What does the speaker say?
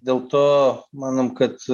dėl to manom kad